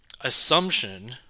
assumption